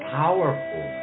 powerful